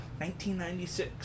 1996